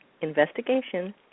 investigation